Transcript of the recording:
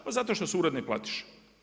Pa zato što su uredne platiše.